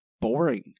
boring